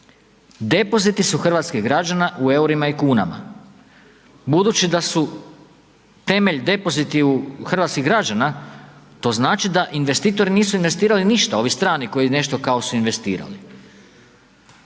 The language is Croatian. depoziti su hrvatskih građana u EUR-ima i kunama, budući da su temelj depoziti hrvatskih građana, to znači da investitori nisu investirali ništa, ovi strani koji nešto kao su investirali.